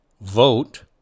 vote